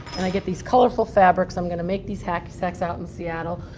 and i get these colorful fabrics. i'm going to make these hacky sacks out in seattle,